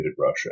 Russia